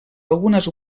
algunes